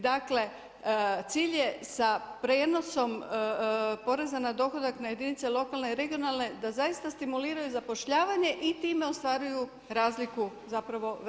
Dakle, cilj je sa prijenosom poreza na dohodak na jedinice lokalne i regionalne, da zaista stimuliraju zapošljavanje i time ostvaruju razliku zapravo veće prihode.